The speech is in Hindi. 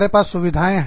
हमारे पास सुविधाएँ हैं